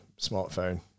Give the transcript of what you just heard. smartphone